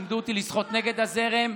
לימדו אותי לשחות נגד הזרם,